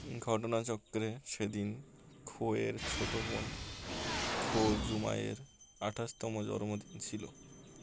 ঘটনা চক্রে সেদিন খোয়ের ছোটো বোন খো জুমায়য়ের আঠাশতম জন্মদিন ছিল